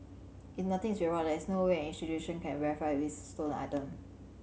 if nothing is there is no way an institution can verify if it is a stolen item